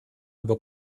über